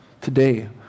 today